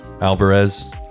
Alvarez